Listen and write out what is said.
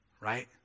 Right